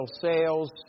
sales